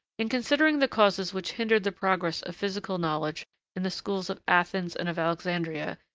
in considering the causes which hindered the progress of physical knowledge in the schools of athens and of alexandria,